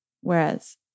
Whereas